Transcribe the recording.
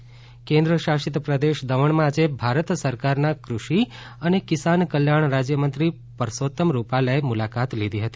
દમણ પરસોત્તમ રૂપાલા કેન્દ્રશાસિત પ્રદેશ દમણમાં આજે ભારત સરકારના કૃષિ અને કિસાન કલ્યાણ રાજ્યમંત્રી પરસો ત્તમ રૂપાલાએ મુલાકાત લીધી હતી